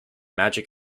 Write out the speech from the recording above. magic